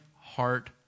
heart